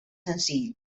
senzill